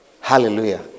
Hallelujah